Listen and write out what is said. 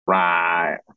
right